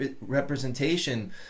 representation